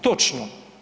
Točno.